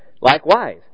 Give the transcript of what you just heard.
Likewise